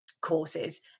courses